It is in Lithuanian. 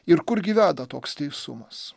ir kurgi veda toks teisumas